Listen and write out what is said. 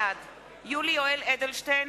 בעד יולי יואל אדלשטיין,